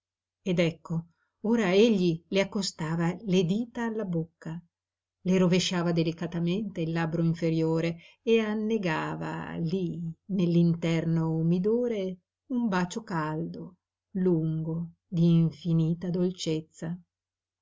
ed ecco ora egli le accostava le dita alla bocca le rovesciava delicatamente il labbro inferiore e annegava lí nell'interno umidore un bacio caldo lungo d'infinita dolcezza